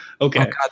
okay